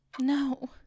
No